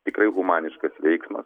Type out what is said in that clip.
tikrai humaniškas veiksmas